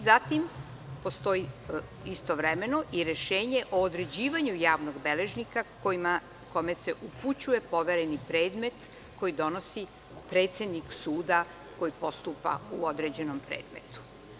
Zatim, postoji istovremeno i rešenje o određivanju javnog beležnika, kome se upućuje povereni predmet koji donosi predsednik suda koji postupa u određenom predmetu.